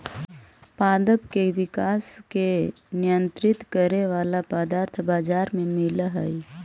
पादप के विकास के नियंत्रित करे वाला पदार्थ बाजार में मिलऽ हई